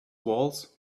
walls